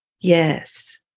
yes